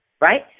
right